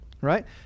right